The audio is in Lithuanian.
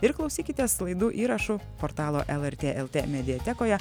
ir klausykitės laidų įrašų portalo lrt lt mediatekoje